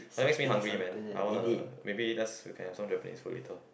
that makes me hungry man I wanna maybe just we can have some Japanese food later